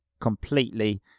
completely